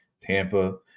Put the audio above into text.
Tampa